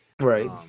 Right